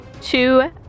two